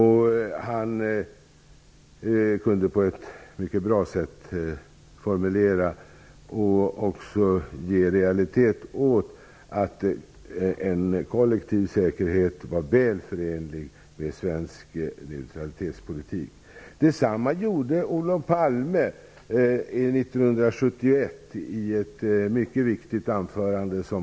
Han kunde på ett mycket bra sätt formulera och också ge realitet åt att en kollektiv säkerhet var väl förenlig med svensk neutralitetspolitik. Detsamma gjorde Olof Palme 1971, i ett mycket viktigt anförande.